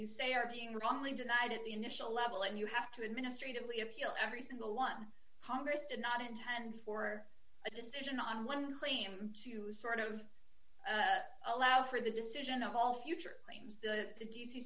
you say are being wrongly denied at the initial level and you have to administrative leave appeal every single one congress did not intend for a decision on one claim to sort of allow for the decision of all future claims t